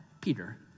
Peter